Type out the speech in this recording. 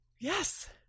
Yes